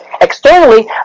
Externally